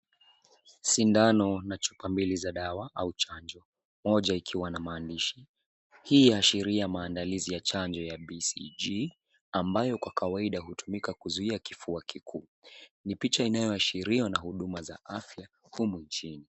Sindano na chupa mbili za dawa au chanjo, moja ikiwa na maandishi. Hii yaashiria maandalizi ya chanjo ya BCG ambayo kwa kawaida hutumika kuzuia kifua kikuu. Ni picha inayoashiria huduma za afya humu nchini.